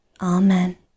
Amen